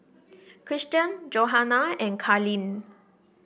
Christian Johana and Carleen